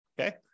okay